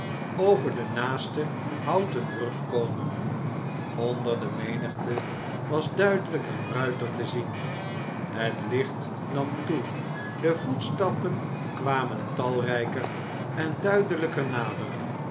over de naaste houten brug komen onder de menigte was duidelijk een ruiter te zien het licht nam toe de voetstappen kwamen talrijker en duidelijker nader